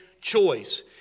choice